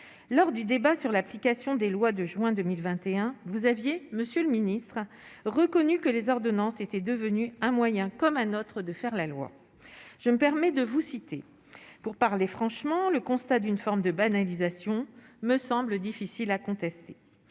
lors du débat sur l'application des lois, de juin 2021 vous aviez monsieur le ministre a reconnu que les ordonnances était devenu un moyen comme un autre, de faire la loi, je me permets de vous citer pour parler franchement, le constat d'une forme de banalisation me semble difficile à contester,